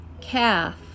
Calf